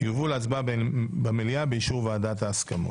יובאו להצבעה במליאה - באישור ועדת ההסכמות.